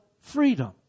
freedom